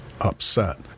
upset